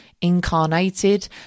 incarnated